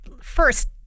first